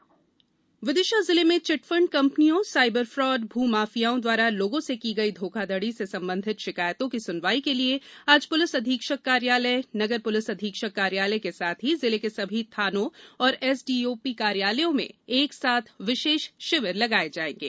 chit fund सुनवाई विदिशा जिले में चिटफंड कंपनियों सायबर फ्राड भू माफियाओ द्वारा लोगों से की गई घोखाघडी से संबंधित शिकायतों की सुनवाई के लिए आज पुलिस अधीक्षक कार्यालय नगर पुलिस अधीक्षक कार्यालय के साथ ही जिले के सभी थानो व एसडीओपी कार्यालयों में एक साथ विशेष शिविर लगाए जाएंगे